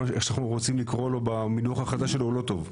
או איך שאנחנו רוצים לקרוא לו במינוח החדש שלו הוא לא טוב.